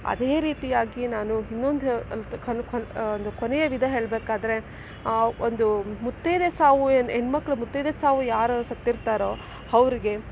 ಅದೇ ರೀತಿಯಾಗಿ ನಾನು ಇನ್ನೊಂದು ಒಂದು ಕೊನೆಯ ವಿಧ ಹೇಳಬೇಕಾದ್ರೆ ಒಂದು ಮುತ್ತೈದೆ ಸಾವು ಒಂದು ಹೆಣ್ಮಕ್ಕಳಿಗೆ ಮುತ್ತೈದೆ ಸಾವು ಯಾರು ಸತ್ತಿರ್ತಾರೋ ಅವರಿಗೆ